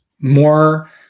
more